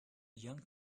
young